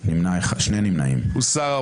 הרוויזיה הוסרה.